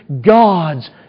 God's